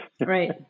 Right